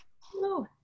Hello